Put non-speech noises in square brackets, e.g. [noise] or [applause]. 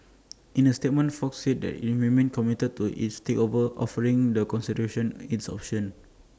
[noise] in A statement fox said that IT remained committed to its takeover offering the consideration its options